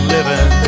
Living